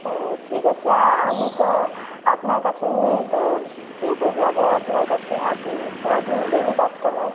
ও ঠিক আছে আমি তো আপনার কাছেই নিই তো ঠিকই যাব আপনার কাছে আপনার তো আমি ডেইলি কাস্টমার